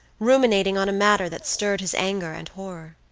ruminating on a matter that stirred his anger and horror.